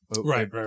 Right